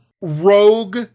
Rogue